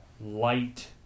light